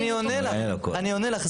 אני עונה לך.